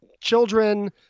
children